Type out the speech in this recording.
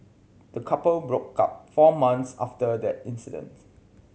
the couple broke up four months after that incidents